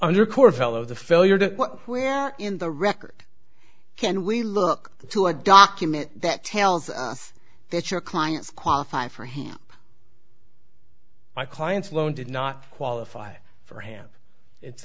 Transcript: under court fellow the failure to where in the record can we look to a document that tells us that your clients qualify for him my client's loan did not qualify for hamp it's